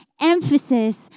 emphasis